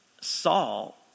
Saul